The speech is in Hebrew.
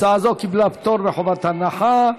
הצעה זו קיבלה פטור מחובת הנחה.